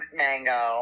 mango